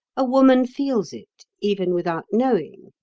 a woman feels it even without knowing.